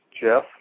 jeff